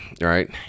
right